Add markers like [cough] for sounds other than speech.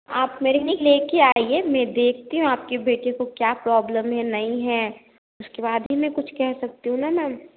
आप [unintelligible] लेकर आइए मैं देखती हूँ आपके बेटे को क्या प्रॉब्लम है नहीं है उसके बाद ही मैं कुछ कह सकती हूँ ना मैम